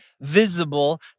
visible